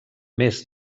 més